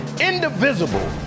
indivisible